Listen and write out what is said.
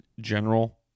general